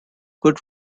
good